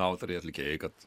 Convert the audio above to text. autoriai atlikėjai kad